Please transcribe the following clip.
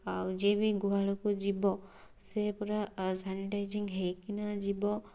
ଆଉ ଯିଏ ବି ଗୁହାଳକୁ ଯିବ ସେ ପୁରା ସାନିଟାଇଜିଙ୍ଗ ହୋଇକି ନା ଯିବ